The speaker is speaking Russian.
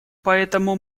поэтому